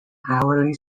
hourly